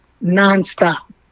non-stop